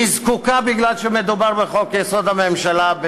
היא זקוקה, מכיוון שמדובר בחוק-יסוד: הממשלה,